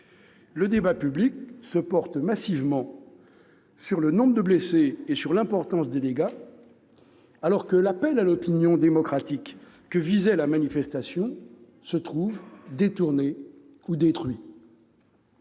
depuis plusieurs années sur le nombre de blessés et l'importance des dégâts, alors que l'appel à l'opinion démocratique que visait la manifestation se trouve détourné ou détruit.